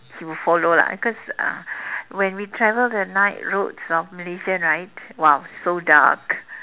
he will follow lah cause uh when we travel the night roads of Malaysia right !wow! so dark